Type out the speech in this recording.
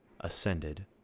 ascended